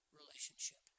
relationship